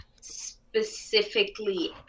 specifically